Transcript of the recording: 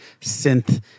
synth